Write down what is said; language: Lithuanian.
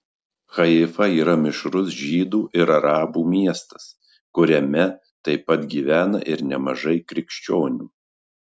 haifa yra mišrus žydų ir arabų miestas kuriame taip pat gyvena ir nemažai krikščionių